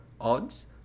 odds